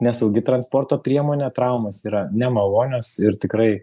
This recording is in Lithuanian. nesaugi transporto priemonė traumos yra nemalonios ir tikrai